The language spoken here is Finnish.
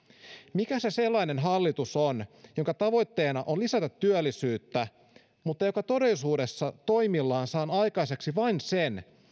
mikä se sellainen hallitus on jonka tavoitteena on lisätä työllisyyttä mutta joka todellisuudessa toimillaan saa aikaiseksi vain sen